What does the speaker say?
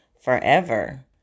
forever